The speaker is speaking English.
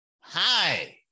hi